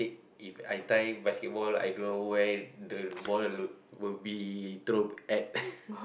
If I try basketball I don't know where the ball the will be throw at